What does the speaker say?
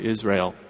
Israel